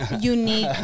Unique